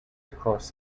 across